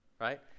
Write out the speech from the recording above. right